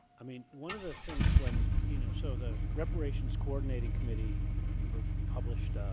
i mean one of the things when you know so the reparations coordinating committee, i remember published